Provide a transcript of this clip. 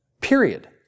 Period